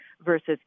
versus